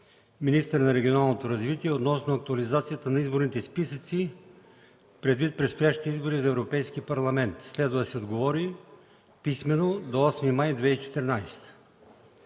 министър на регионалното развитие, относно актуализацията на изборните списъци, предвид предстоящите избори за Европейски парламент. Следва да се отговори писмено до 8 май 2014